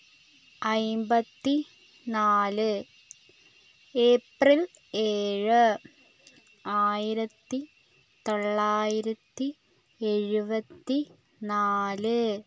അൻപത്തി നാല് ഏപ്രിൽ ഏഴ് ആയിരത്തി തൊള്ളായിരത്തി എഴുപത്തി നാല്